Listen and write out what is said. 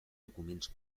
documents